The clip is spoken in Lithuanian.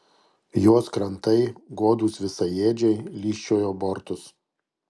jos krantai godūs visaėdžiai lyžčiojo bortus